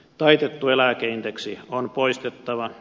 taitettu eläkeindeksi on poistettava